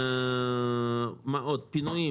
פינויים